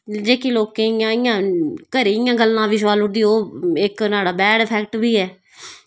जेह्की लोकें ई यां इय्यां घरें दी गल्लां बी शपालुड़दी ओह् इक न्हाड़ा बैड इफैक्ट बी ऐ